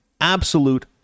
Absolute